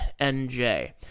NJ